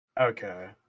Okay